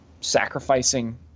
sacrificing